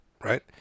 right